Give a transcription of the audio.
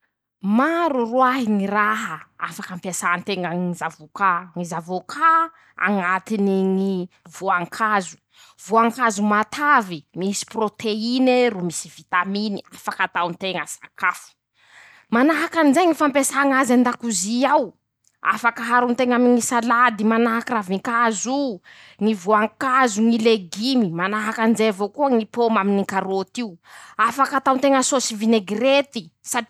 Maro roahy ñy raha afaky ampiasan-teña ñy zavokà: -ñy zavôkà añatiny ñy voankazo. voankazo matavy. misy proteine ro misy vitaminy afaky ataon-teña sakafo; manahaky anizay ñy fampiasa ñ'azy an-dàkozy ao. afaky aharon-teña aminy ñy salady manahaky raavin-kazo o. ñy voan-kazo. ñy legimy manahaky anizay avao koa ñy pôma aminy ñy karôty io ;afaky ataon-teña sôsy vinégirety satria.